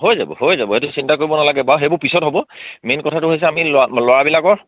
হৈ যাব হৈ যাব সেইটো চিন্তা কৰিব নালাগে বাৰু সেইবোৰ পিছত হ'ব মেইন কথাটো হৈছে আমি ল'ৰাবিলাকৰ